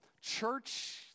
church